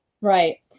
right